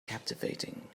captivating